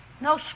No